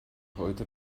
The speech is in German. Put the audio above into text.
heute